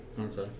okay